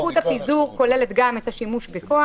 14:00) סמכות הפיזור כוללת גם את השימוש בכוח,